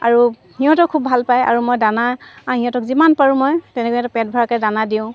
আৰু সিহঁতেও খুব ভাল পায় আৰু মই দানা সিহঁতক যিমান পাৰোঁ মই তেনেকুৱাকৈ পেট ভৰাকৈ দানা দিওঁ